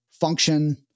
function